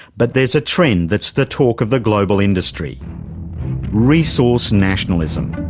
but there's a trend that's the talk of the global industry resource nationalism.